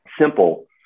simple